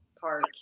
park